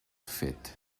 fet